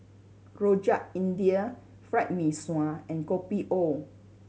Rojak India Fried Mee Sua and Kopi O